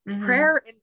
prayer